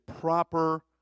proper